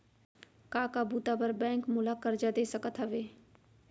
का का बुता बर बैंक मोला करजा दे सकत हवे?